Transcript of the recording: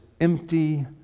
empty